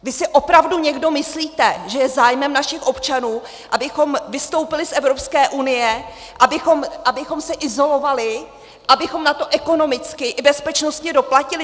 Vy si opravdu někdo myslíte, že je zájmem našich občanů, abychom vystoupili z Evropské unie, abychom se izolovali, abychom na to ekonomicky i bezpečnostně doplatili?